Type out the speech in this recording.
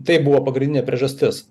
tai buvo pagrindinė priežastis